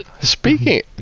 Speaking